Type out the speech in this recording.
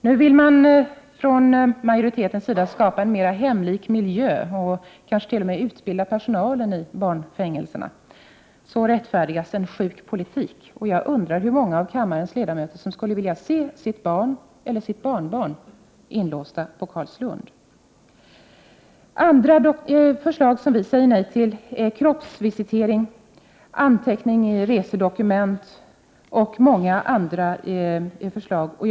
Nu vill majoriteten skapa en mer hemlik miljö och kanske t.o.m. utbilda personalen i barnfängelserna. Så rättfärdigas en sjuk politik, och jag undrar hur många av kammarens ledamöter som skulle vilja se sina barn eller barnbarn inlåsta på Carlslund. Andra förslag som vi säger nej till gäller kroppsvisitering, anteckning i resedokument och många fler.